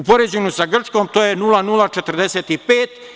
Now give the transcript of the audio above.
U poređenju sa Grčkom, to je 0,045.